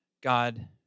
God